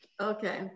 Okay